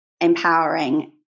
empowering